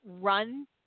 run